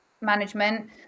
management